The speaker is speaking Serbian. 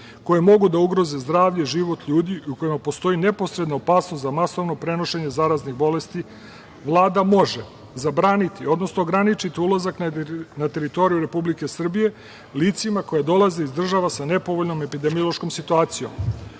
koje mogu da ugroze zdravlje i život ljudi i u kojima postoji neposredna opasnost za masovno prenošenje zaraznih bolesti, Vlada može zabraniti, odnosno ograničiti ulazak na teritoriju Republike Srbije licima koja dolaze iz država sa nepovoljnom epidemiološkom situacijom,